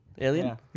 Alien